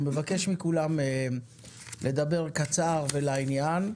אני מבקש מכולם לדבר קצר ולעניין,